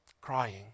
crying